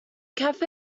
cafe